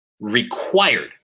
required